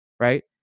right